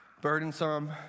burdensome